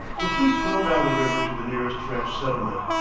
the fleet fell down the river to the nearest french settlement,